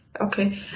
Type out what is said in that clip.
Okay